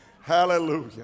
Hallelujah